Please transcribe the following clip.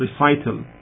recital